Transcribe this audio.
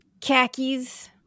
khakis